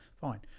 Fine